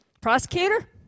prosecutor